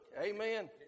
amen